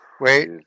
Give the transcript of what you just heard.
Wait